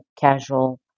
casual